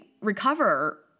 recover